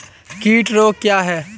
कीट रोग क्या है?